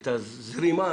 את הזרימה